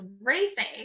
racing